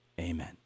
Amen